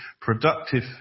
productive